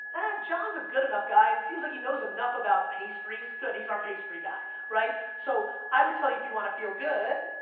john's a good enough guy and seems like he knows enough about pastries, good, he's our pastry guy. right? so, i would tell you, if you wanna feel good,